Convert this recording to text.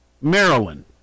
Maryland